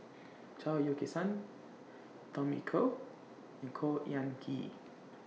Chao Yoke San Tommy Koh and Khor Ean Ghee